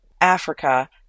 africa